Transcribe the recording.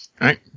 right